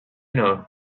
know